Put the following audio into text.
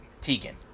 Tegan